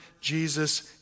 Jesus